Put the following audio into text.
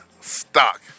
stock